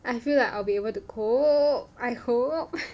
I feel like I'll be able to cope I hope